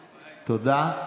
תודה.